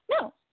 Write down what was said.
No